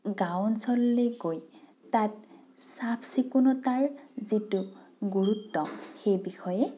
গাঁও অঞ্চললৈ গৈ তাত চাফ চিকুণতাৰ যিটো গুৰুত্ব সেই বিষয়ে